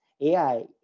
AI